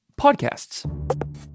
podcasts